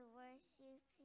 worship